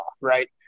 right